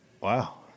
Wow